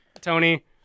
Tony